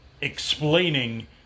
explaining